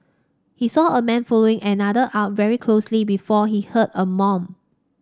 he saw a man following another are very closely before he heard a mom